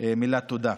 מילת תודה.